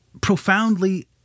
profoundly